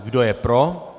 Kdo je pro?